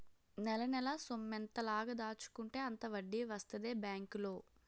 నెలనెలా సొమ్మెంత లాగ దాచుకుంటే అంత వడ్డీ వస్తదే బేంకులో